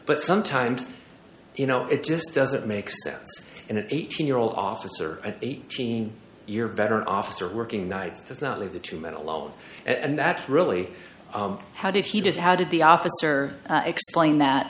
but sometimes you know it just doesn't make sense and an eighteen year old officer an eighteen year veteran officer working nights does not leave the two men alone and that's really how did he just how did the officer explain that